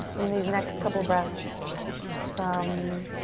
in these next couple breaths, some